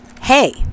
hey